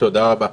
תודה רבה,